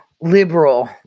liberal